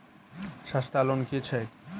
सस्ता लोन केँ छैक